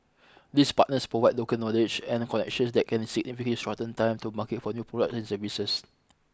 these partners provide local knowledge and connections that can significantly shorten time to market for new product and services